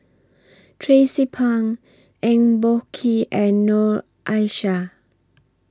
Tracie Pang Eng Boh Kee and Noor Aishah